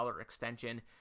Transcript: extension